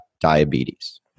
Diabetes